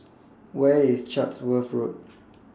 Where IS Chatsworth Road